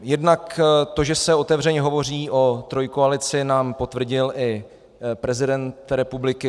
Jednak to, že se otevřeně hovoří o trojkoalici, nám potvrdil i prezident republiky.